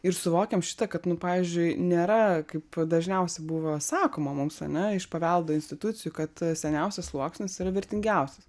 ir suvokiam šitą kad nu pavyzdžiui nėra kaip dažniausiai buvo sakoma mums ane iš paveldo institucijų kad seniausias sluoksnis yra vertingiausias